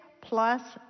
plus